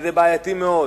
וזה בעייתי מאוד.